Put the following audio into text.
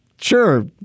Sure